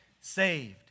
saved